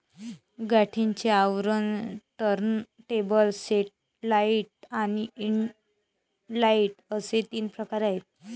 गाठीचे आवरण, turntable, satellite आणि इनलाइन असे तीन प्रकार आहे